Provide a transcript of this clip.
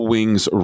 Wings